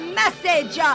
message